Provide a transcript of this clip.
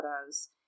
photos